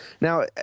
Now